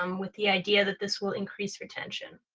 um with the idea that this will increase retention.